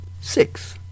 Six